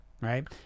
right